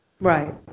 right